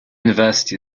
university